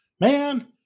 Man